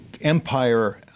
empire